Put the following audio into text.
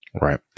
Right